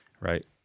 right